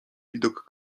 widok